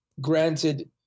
granted